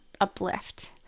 uplift